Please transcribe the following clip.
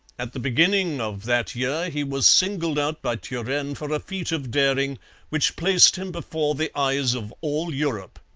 at the beginning of that year he was singled out by turenne for a feat of daring which placed him before the eyes of all europe.